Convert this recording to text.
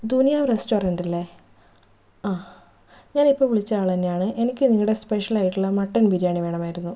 ദുനിയാവ് റെസ്റ്റോറൻ്റല്ലേ ആഹ് ഞാനിപ്പോൾ വിളിച്ച ആളു തന്നെയാണ് എനിക്ക് നിങ്ങളുടെ സ്പെഷ്യലായിട്ടുള്ള മട്ടൻ ബിരിയാണി വേണമായിരുന്നു